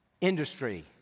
Industry